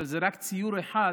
אבל זה רק ציור אחד,